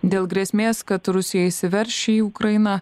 dėl grėsmės kad rusija įsiverš į ukrainą